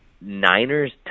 Niners